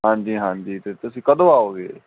ਹਾਂਜੀ ਹਾਂਜੀ ਅਤੇ ਤੁਸੀਂ ਕਦੋਂ ਆਓਗੇ